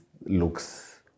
looks